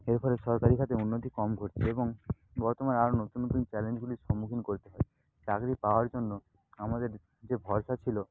এর ফলে সরকারি খাতে উন্নতি কম ঘটছে এবং বর্তমানে আরও নতুন নতুন চ্যালেঞ্জগুলির সম্মুখীন করতে হচ্ছে চাকরি পাওয়ার জন্য আমাদের যে ভরসা ছিলো